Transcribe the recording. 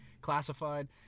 classified